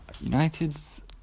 United's